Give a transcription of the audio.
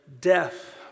death